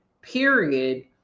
period